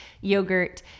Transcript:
yogurt